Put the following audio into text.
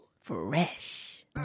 Fresh